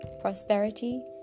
prosperity